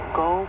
go